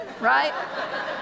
right